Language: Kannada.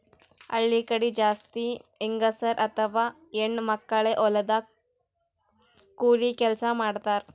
ಹಳ್ಳಿ ಕಡಿ ಜಾಸ್ತಿ ಹೆಂಗಸರ್ ಅಥವಾ ಹೆಣ್ಣ್ ಮಕ್ಕಳೇ ಹೊಲದಾಗ್ ಕೂಲಿ ಕೆಲ್ಸ್ ಮಾಡ್ತಾರ್